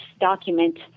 document